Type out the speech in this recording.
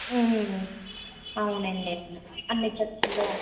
అవునండి అవును అన్ని చర్చిల్లో